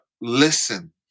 listen